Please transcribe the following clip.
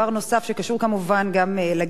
שקשור כמובן גם לגיל הרך,